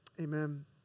amen